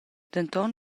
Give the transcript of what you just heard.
denton